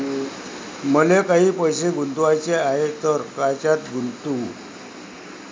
मले काही पैसे गुंतवाचे हाय तर कायच्यात गुंतवू?